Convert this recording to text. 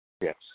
Yes